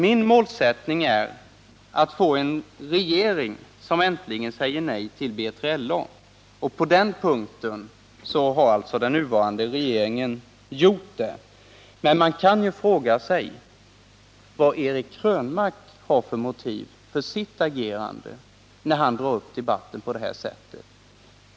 Min målsättning är att få en regering som 93 äntligen säger nej till BILA , och det har alltså den nuvarande regeringen gjort på den här punkten. Men man kan fråga sig vad Eric Krönmark har för motiv för sitt agerande när han drar upp debatten på detta sätt.